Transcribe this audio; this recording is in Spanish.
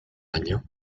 año